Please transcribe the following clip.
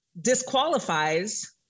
disqualifies